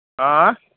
आँए